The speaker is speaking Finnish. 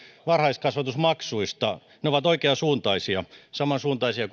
varhaiskasvatusmaksuista ne ovat oikeansuuntaisia samansuuntaisia